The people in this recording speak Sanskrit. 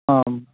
आम्